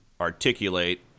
articulate